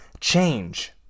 change